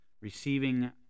receiving